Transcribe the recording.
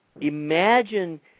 Imagine